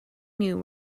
knew